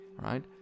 right